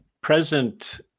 present